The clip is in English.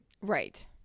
Right